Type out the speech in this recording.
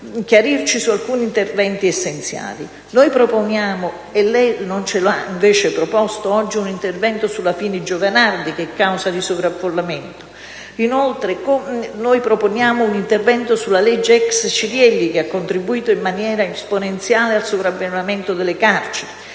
chiarirci su alcuni interventi essenziali. Noi proponiamo, e lei non ce lo ha invece proposto oggi, un intervento sulla legge Fini-Giovanardi, che è causa di sovraffollamento. Inoltre, proponiamo un intervento sulla legge ex Cirielli, che ha contribuito in maniera esponenziale al sovraffollamento della carceri: